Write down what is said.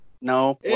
No